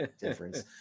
difference